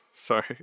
sorry